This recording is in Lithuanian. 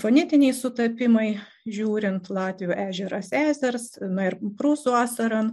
fonetiniai sutapimai žiūrint latvių ežerą esers ir prūsų asaran